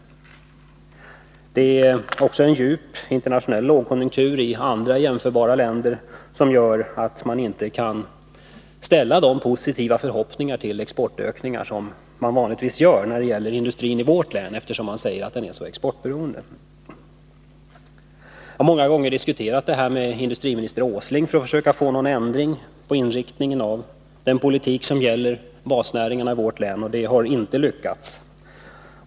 Det är också en djup internationell lågkonjunktur i jämförbara länder som gör att man inte kan hysa de förhoppningar när det gäller exportökningar som man vanligtvis gör när det gäller industrin i vårt län, eftersom den anses vara så exportberoende. Jag har många gånger diskuterat det här med industriminister Åsling för att försöka få någon ändring på inriktningen av den politik som gäller basnäringarna i vårt län, och det har inte lyckats.